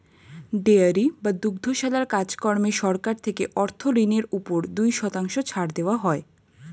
dairy বা দুগ্ধশালার কাজ কর্মে সরকার থেকে অর্থ ঋণের উপর দুই শতাংশ ছাড় দেওয়া হয়